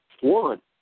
One